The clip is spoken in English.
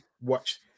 watch